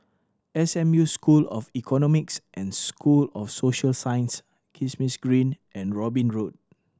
S M U School of Economics and School of Social Sciences Kismis Green and Robin Road